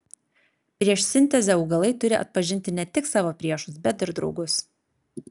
prieš sintezę augalai turi atpažinti ne tik savo priešus bet ir draugus